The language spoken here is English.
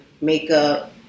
makeup